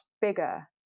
bigger